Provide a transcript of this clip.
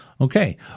Okay